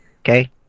okay